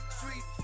Street